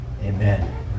Amen